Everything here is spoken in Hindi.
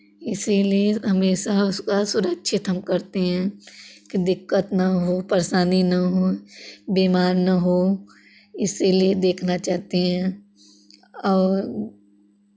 इसीलिए हमेशा उसका सुरक्षित हम करते हैं कि दिक्कत ना हो परेशानी ना हो बिमार ना हो इसीलिए देखना चाहते हैं और